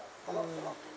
mm